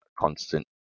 constant